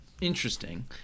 Interesting